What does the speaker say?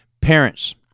Parents